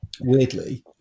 weirdly